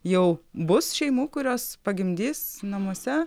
jau bus šeimų kurios pagimdys namuose